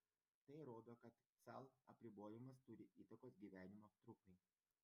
tai rodo kad kcal apribojimas turi įtakos gyvenimo trukmei